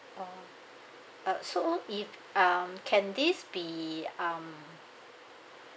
oh uh so if um can this be um